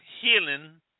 healing